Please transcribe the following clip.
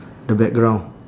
the background